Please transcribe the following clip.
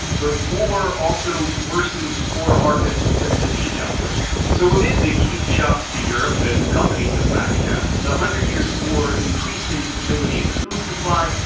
but war also worsens poor harvests and disease outbreaks. so amid the huge shocks to europe that accompanied the black death, the hundred years war increased instability in the food supply,